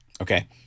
okay